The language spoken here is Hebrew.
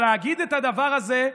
להגיד את הדבר הזה,